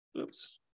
Oops